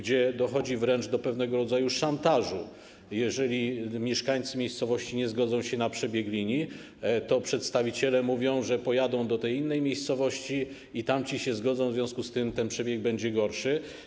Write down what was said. Dochodzi wręcz do pewnego rodzaju szantażu: jeżeli mieszkańcy miejscowości nie zgadzają się na przebieg linii, to przedstawiciele mówią, że pojadą do innej miejscowości i tam się zgodzą, w związku z czym ten przebieg będzie gorszy.